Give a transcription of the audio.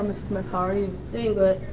um smith. how are you? doing good,